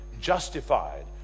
justified